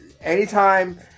anytime